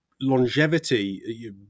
longevity